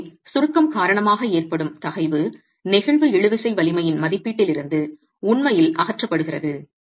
எனவே சுருக்கம் காரணமாக ஏற்படும் தகைவு நெகிழ்வு இழுவிசை வலிமையின் மதிப்பீட்டில் இருந்து உண்மையில் அகற்றப்படுகிறது